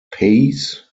peijs